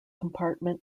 compartment